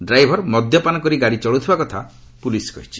driver ମଦ୍ୟପାନ କରି ଗାଡ଼ି ଚଳାଉଥିବା କଥା ପୁଲିସ୍ କହିଛି